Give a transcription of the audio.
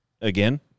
again